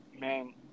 man